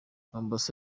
mombasa